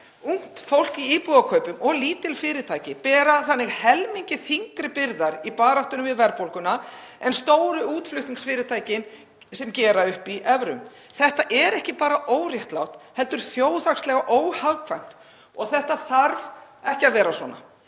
Ungt fólk í íbúðakaupum og lítil fyrirtæki bera þannig helmingi þyngri byrðar í baráttunni við verðbólguna en stóru útflutningsfyrirtækin sem gera upp í evrum. Þetta er ekki bara óréttlátt heldur þjóðhagslega óhagkvæmt og þetta þarf ekki að vera svona.